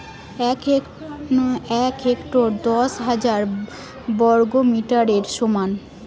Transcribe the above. এক হেক্টর দশ হাজার বর্গমিটারের সমান